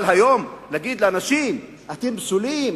אבל היום להגיד לאנשים: אתם פסולים,